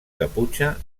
caputxa